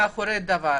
מאחורי הדבר,